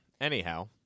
Anyhow